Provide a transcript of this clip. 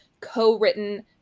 co-written